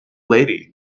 lady